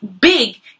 big